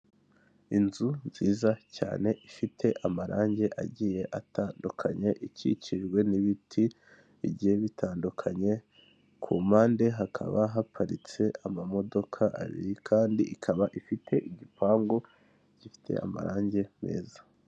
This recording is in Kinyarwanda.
Mu karere ka Muhanga habereyemo irushanwa ry'amagare riba buri mwaka rikabera mu gihugu cy'u Rwanda, babahagaritse ku mpande kugira ngo hataba impanuka ndetse n'abari mu irushanwa babashe gusiganwa nta nkomyi.